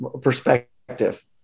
perspective